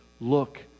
look